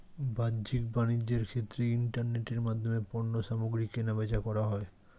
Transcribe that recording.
বাহ্যিক বাণিজ্যের ক্ষেত্রে ইন্টারনেটের মাধ্যমে পণ্যসামগ্রী কেনাবেচা করা হয়